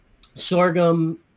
sorghum